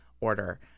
order